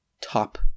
top